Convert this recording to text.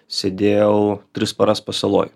sėdėjau tris paras pasaloj